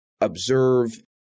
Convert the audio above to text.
observe